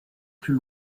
plus